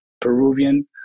Peruvian